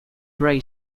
bray